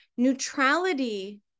Neutrality